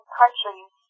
countries